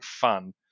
fun